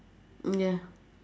mm ya